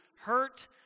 hurt